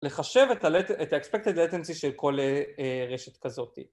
לחשב את ה-expected latency של כל רשת כזאת.